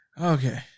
Okay